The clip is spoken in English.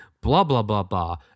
blah-blah-blah-blah